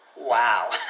wow